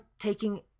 taking